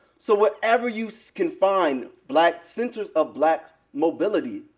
so whatever you so can find, black centers of black mobility,